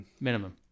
minimum